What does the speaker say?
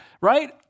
Right